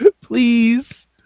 Please